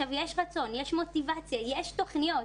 יש רצון, יש מוטיבציה, יש תוכניות.